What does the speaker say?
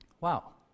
Wow